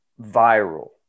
viral